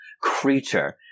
creature